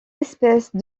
espèces